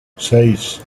seis